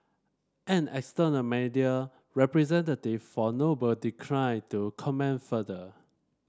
an external media representative for Noble declined to comment further